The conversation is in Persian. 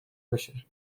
بشه